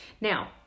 Now